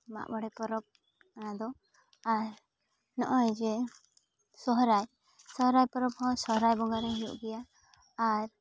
ᱢᱟᱜ ᱢᱚᱬᱮ ᱯᱚᱨᱚᱵᱽ ᱫᱚ ᱟᱨ ᱱᱚᱜᱼᱚᱭ ᱡᱮ ᱥᱚᱦᱨᱟᱭ ᱥᱚᱦᱨᱟᱭ ᱯᱚᱨᱚᱵᱽ ᱦᱚᱸ ᱥᱚᱦᱨᱟᱭ ᱵᱚᱸᱜᱟᱨᱮ ᱦᱩᱭᱩᱜ ᱜᱮᱭᱟ ᱟᱨ